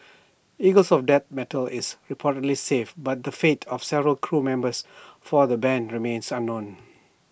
eagles of death metal is reportedly safe but the fate of several crew members for the Band remains unknown